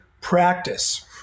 practice